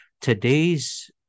today's